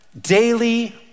daily